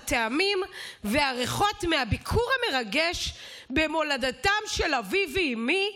הטעמים והריחות מהביקור המרגש במולדתם של אבי ואימי,